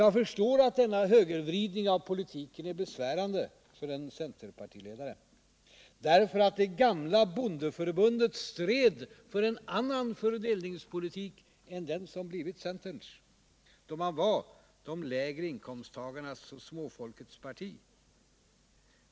Jag förstår att denna högervridning av politiken är besvärande för en centerpartiledare, eftersom det gamla bondeförbundet stred för en annan fördelningspolitik än den som blivit centerns. Det var på den tiden då bondeförbundet var de lägre inkomsttagarnas och småfolkets parti.